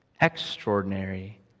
extraordinary